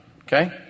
okay